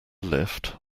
lift